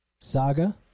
Saga